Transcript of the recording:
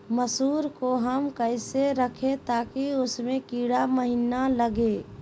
मसूर को हम कैसे रखे ताकि उसमे कीड़ा महिना लगे?